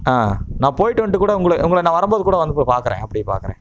ஆ நான் போய்விட்டு வந்துட்டு கூட உங்களை உங்களை நான் வரும் போது கூட வந்து பார்க்குறேன் அப்படியே பார்க்குறேன்